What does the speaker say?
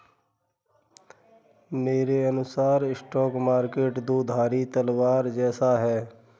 मेरे अनुसार stock market दो धारी तलवार जैसा है